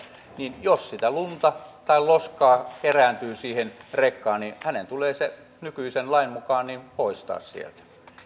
niin jos sitä lunta tai loskaa kerääntyy siihen rekkaan niin hänen tulee se nykyisen lain mukaan poistaa sieltä